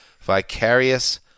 vicarious